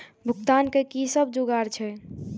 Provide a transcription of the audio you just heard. भुगतान के कि सब जुगार छे?